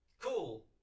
Cool